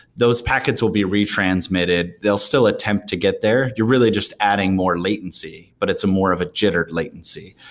those packets will be retransmitted. they'll still attempt to get there. you're really just adding more latency, but it's more of a jittered latency.